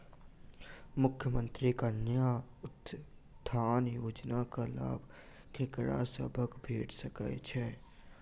मुख्यमंत्री कन्या उत्थान योजना कऽ लाभ ककरा सभक भेट सकय छई?